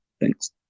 Thanks